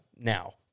now